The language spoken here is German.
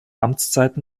amtszeiten